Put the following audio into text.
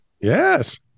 Yes